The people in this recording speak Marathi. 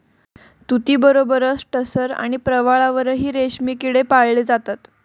तुतीबरोबरच टसर आणि प्रवाळावरही रेशमी किडे पाळले जातात